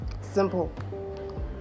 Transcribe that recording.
simple